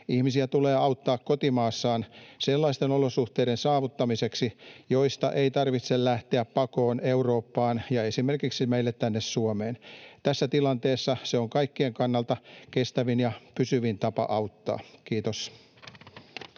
Ihmisiä tulee auttaa kotimaassaan sellaisten olosuhteiden saavuttamiseksi, joista ei tarvitse lähteä pakoon Eurooppaan ja esimerkiksi meille tänne Suomeen. Tässä tilanteessa se on kaikkien kannalta kestävin ja pysyvin tapa auttaa. — Kiitos.